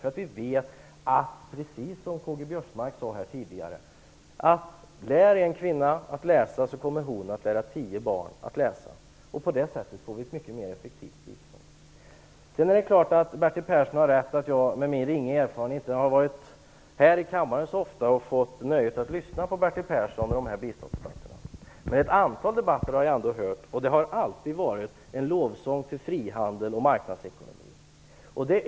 Vi vet nämligen, precis som Karl-Göran Biörsmark sade tidigare, att om man lär en kvinna att läsa kommer hon att lära tio barn att läsa. På det sättet får vi ett mycket mer effektivt bistånd. Det är klart att Bertil Persson har rätt i att jag med min ringa erfarenhet inte har varit här i kammaren så ofta och fått nöjet att lyssna på Bertil Persson och dessa biståndsdebatter. Men jag har hört ett antal debatter. Det har alltid varit en lovsång till frihandel och marknadsekonomi.